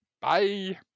bye